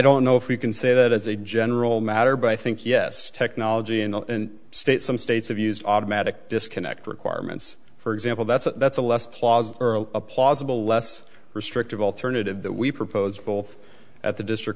don't know if we can say that as a general matter but i think yes technology in the state some states have used automatic disconnect requirements for example that's that's a less plausible a plausible less restrictive alternative that we proposed both at the district